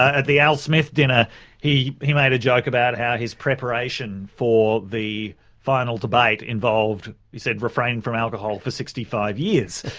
at the al smith dinner he he made a joke about how his preparation for the final debate involved, he said, refrain from alcohol for sixty five years.